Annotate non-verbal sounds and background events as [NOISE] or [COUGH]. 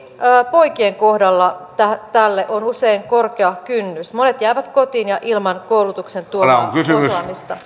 poikien kohdalla tälle on usein korkea kynnys monet jäävät kotiin ja ilman koulutuksen tuomaa osaamista [UNINTELLIGIBLE]